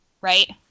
Right